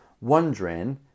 wondering